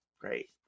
great